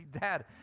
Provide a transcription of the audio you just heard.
Dad